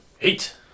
eight